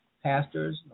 Pastors